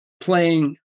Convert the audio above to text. playing